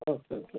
okay okay